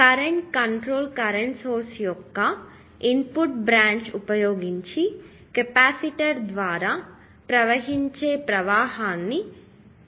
current control current source యొక్క input branch ఉపయోగించి capacitor ద్వారా ప్రవహించే ప్రవాహాన్ని నేను గ్రహించాను